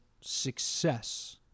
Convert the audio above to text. success